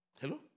Hello